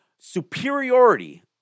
superiority